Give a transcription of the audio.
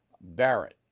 Barrett